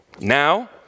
now